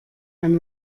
eine